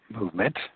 movement